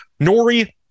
Nori